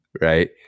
right